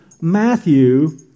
Matthew